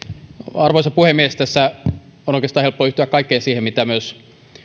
arvoisa puhemies tässä on oikeastaan helppo yhtyä kaikkeen siihen mitä myös